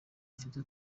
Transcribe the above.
mfite